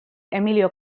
emilio